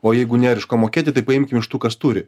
o jeigu nėr iš mokėti tai paimkim iš tų kas turi